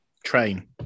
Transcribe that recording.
Train